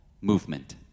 movement